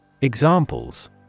Examples